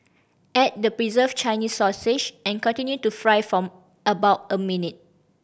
add the preserved Chinese sausage and continue to fry for about a minute